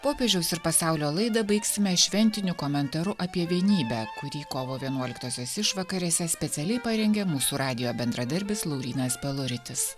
popiežiaus ir pasaulio laidą baigsime šventiniu komentaru apie vienybę kurį kovo vienuoliktosios išvakarėse specialiai parengė mūsų radijo bendradarbis laurynas peluritis